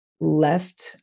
left